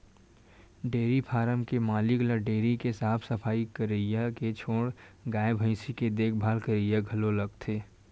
dairy farm के मालिक ल डेयरी के साफ सफई करइया के छोड़ गाय भइसी के देखभाल करइया घलो लागथे